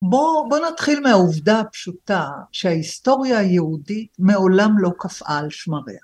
בואו נתחיל מהעובדה הפשוטה שההיסטוריה היהודית מעולם לא קפאה על שמריה.